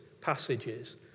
passages